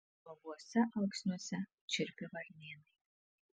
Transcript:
nuoguose alksniuose čirpė varnėnai